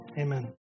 amen